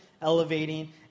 elevating